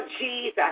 Jesus